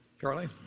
charlie